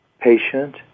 patient